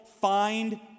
find